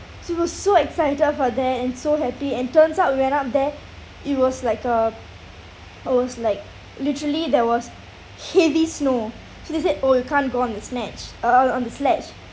it was so excited for that and so happy and turns out we went up there it was like it was like literally there was heavy snow so they said oh you can't go on the snatch uh uh on the sledge